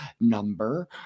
number